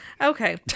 Okay